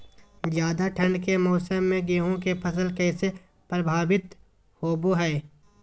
ज्यादा ठंड के मौसम में गेहूं के फसल कैसे प्रभावित होबो हय?